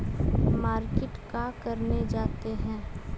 Market का करने जाते हैं?